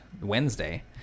wednesday